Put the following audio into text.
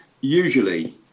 Usually